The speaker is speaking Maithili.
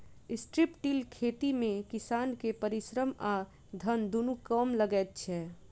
स्ट्रिप टिल खेती मे किसान के परिश्रम आ धन दुनू कम लगैत छै